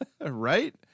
right